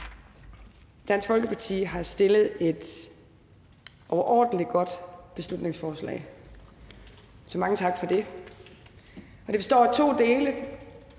Dansk Folkeparti har fremsat et overordentlig godt beslutningsforslag, så mange tak for det. Det består af to dele.